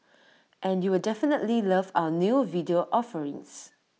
and you'll definitely love our new video offerings